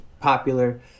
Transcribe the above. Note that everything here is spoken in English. popular